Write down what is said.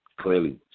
Clearly